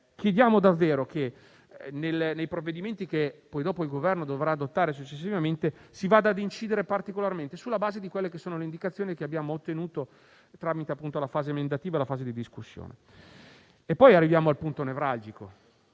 Chiediamo davvero che, nei provvedimenti che il Governo dovrà adottare successivamente, si incida particolarmente sulla base delle indicazioni che abbiamo fissato tramite la fase emendativa e la fase di discussione. Arriviamo al punto nevralgico,